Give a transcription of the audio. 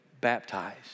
baptized